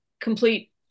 complete